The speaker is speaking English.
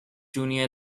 junior